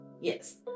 yes